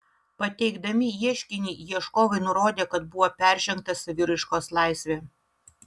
pateikdami ieškinį ieškovai nurodė kad buvo peržengta saviraiškos laisvė